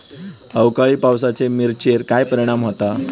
अवकाळी पावसाचे मिरचेर काय परिणाम होता?